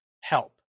help